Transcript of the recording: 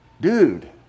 Dude